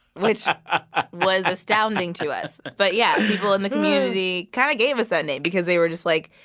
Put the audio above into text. which was astounding to us. but yeah, people in the community kind of gave us that name because they were just like,